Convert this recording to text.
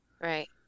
Right